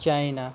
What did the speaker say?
China